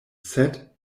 sed